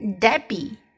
Debbie